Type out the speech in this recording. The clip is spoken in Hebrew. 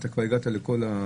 כבר הגעת לכולם.